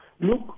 Look